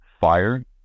fire